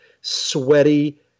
sweaty